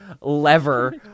lever